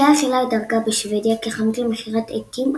איקאה החלה את דרכה בשוודיה כחנות למכירת עטים,